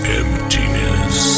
emptiness